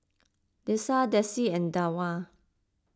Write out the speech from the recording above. Dessa Desi and Dawna